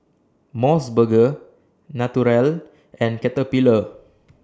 Mos Burger Naturel and Caterpillar